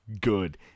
good